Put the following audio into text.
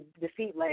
defeat